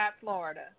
Florida